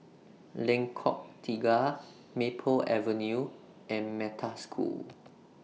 Lengkok Tiga Maple Avenue and Metta School